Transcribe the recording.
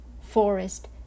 forest